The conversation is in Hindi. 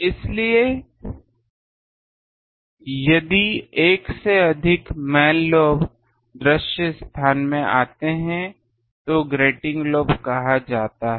इसलिए यदि एक से अधिक मैन लोब दृश्य स्थान में आते हैं तो उन्हें ग्रेटिंग लोब कहा जाता है